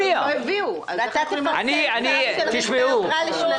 ואתה תפרסם צו לגבי רכבי יוקרה לשנתיים.